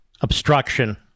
obstruction